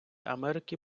америки